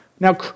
Now